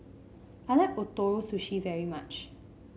I like Ootoro Sushi very much